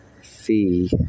fee